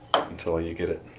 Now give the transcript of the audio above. until ah you get it,